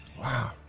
Wow